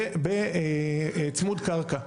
בצמוד קרקע.